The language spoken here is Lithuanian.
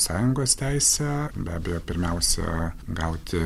sąjungos teisę be abejo pirmiausia gauti